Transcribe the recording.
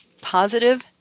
positive